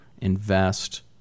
invest